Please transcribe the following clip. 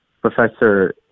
Professor